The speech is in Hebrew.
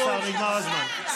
נגמר הזמן.